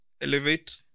Elevate